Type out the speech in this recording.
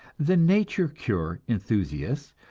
the nature cure enthusiasts,